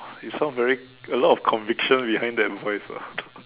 you sound very a lot of conviction behind that voice ah